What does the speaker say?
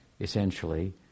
essentially